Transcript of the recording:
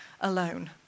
alone